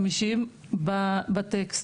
חמישים בטקסט.